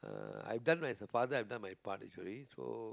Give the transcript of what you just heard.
uh I've done as a father I've done my part actually so